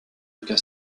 aucun